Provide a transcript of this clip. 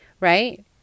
right